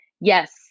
Yes